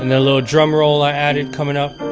and little drum roll i added coming up